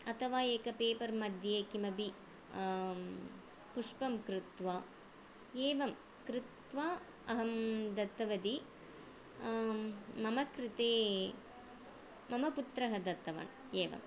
अथवा एकं पेपर् मध्ये किमपि पुष्पं कृत्वा एवं कृत्वा अहं दत्तवती मम कृते मम पुत्रः दत्तवान् एवं